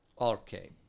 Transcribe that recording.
okay